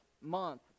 month